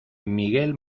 miguel